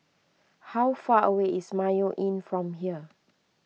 how far away is Mayo Inn from here